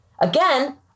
Again